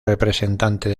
representante